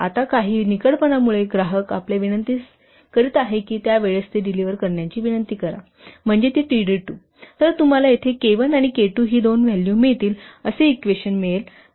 आता काही निकडपणामुळे ग्राहक आपल्यास विनंती करीत आहे की त्या वेळेस ती डिलिव्हर करण्याची विनंती करा म्हणजे ती t d 2 तर तुम्हाला येथे K 1 आणि K 2 ही दोन व्हॅल्यू मिळतील असे इक्वेशन मिळेल